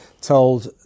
told